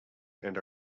and